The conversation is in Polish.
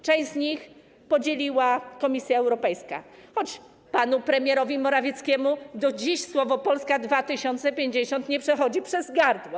Część z nich podzieliła Komisja Europejska, choć panu premierowi Morawieckiemu do dziś słowo Polska 2050 nie przechodzi przez gardło.